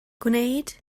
gwneud